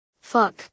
fuck